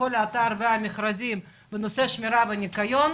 כל אתר ואת המכרזים בנושא שמירה וניקיון.